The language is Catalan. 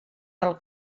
del